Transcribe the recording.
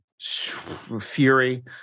Fury